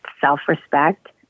self-respect